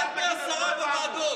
אחד מעשרה בוועדות.